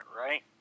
right